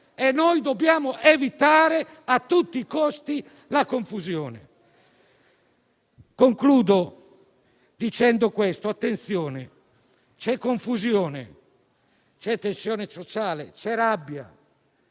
e noi dobbiamo evitare a tutti i costi la confusione. Concludo dicendo: attenzione, c'è confusione, c'è tensione sociale e c'è rabbia.